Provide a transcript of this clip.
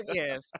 yes